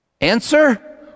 Answer